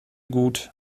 gut